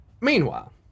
Meanwhile